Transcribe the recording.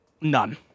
None